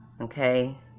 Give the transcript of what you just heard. Okay